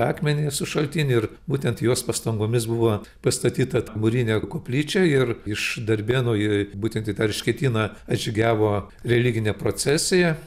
akmenį su šaltiniu ir būtent jos pastangomis buvo pastatyta ta mūrinė koplyčia ir iš darbėnų į būtent į tą erškėtyną atžygiavo religinė procesija